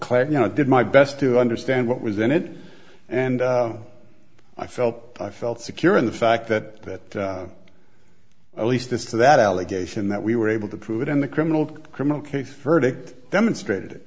i did my best to understand what was in it and i felt i felt secure in the fact that at least this that allegation that we were able to prove it in the criminal criminal case verdict demonstrated